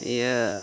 ᱤᱭᱟᱹ